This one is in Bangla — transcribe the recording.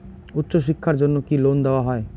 উচ্চশিক্ষার জন্য কি লোন দেওয়া হয়?